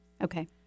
Okay